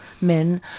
men